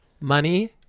Money